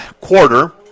quarter